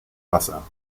wasser